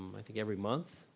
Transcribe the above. um i think every month,